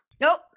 Nope